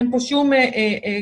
אין פה שום כוונה,